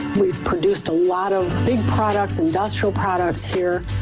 we've produced a lot of big products, industrial products here,